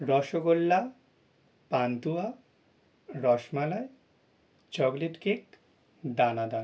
rasgulla pantua rasmalai chocolate cake দানাদার